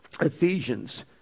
Ephesians